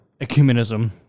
ecumenism